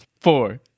four